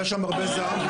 היה שם הרבה זעם,